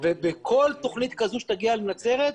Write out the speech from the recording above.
כל תוכנית שתגיע לנצרת,